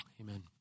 Amen